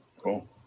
Cool